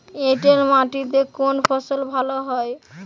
এঁটেল মাটিতে কোন ফসল ভালো হয়?